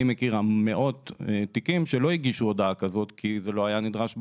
מכיר מאות תיקים שלא הגישו הודעה כזאת כי זה לא היה נדרש בחוק.